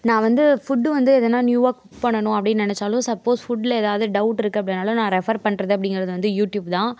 நான் வந்து ஃபுட்டு வந்து எதனால் நியூவாக குக் பண்ணணும் அப்படின் நினச்சாலும் சப்போஸ் ஃபுட்டில் எதாவது டவுட் இருக்குது அப்படின்னாலும் நான் ரெஃபெர் பண்றது அப்படிங்கிறது வந்து யூடியூப் தான்